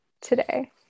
today